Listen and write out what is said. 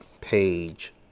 page